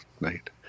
night